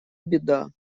беда